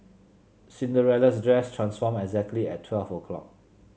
Cinderella's dress transformed exactly at twelve o'clock